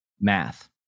math